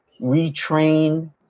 retrain